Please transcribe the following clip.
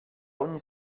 ogni